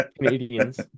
canadians